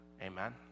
Amen